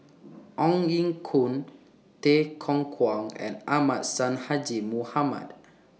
Ong Ye Kung Tay Kung Kwang and Ahmad Sonhadji Mohamad